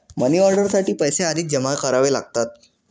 money order साठी पैसे आधीच जमा करावे लागतात